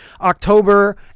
October